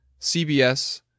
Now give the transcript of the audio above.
CBS